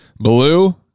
Blue